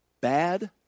Bad